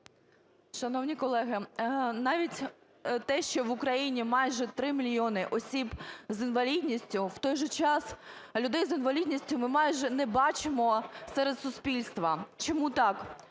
Шановні колеги, навіть те, що в Україні майже 3 мільйони осіб з інвалідністю, в той же час людей з інвалідністю ми майже не бачимо серед суспільства. Чому так?